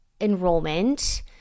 enrollment